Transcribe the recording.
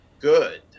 good